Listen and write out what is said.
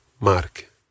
Mark